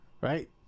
right